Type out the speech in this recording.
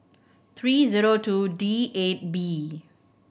three zero two D eight B